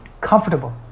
comfortable